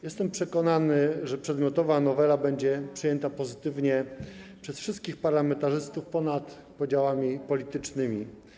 Jestem przekonany, że przedmiotowa nowela będzie przyjęta pozytywnie przez wszystkich parlamentarzystów ponad podziałami politycznymi.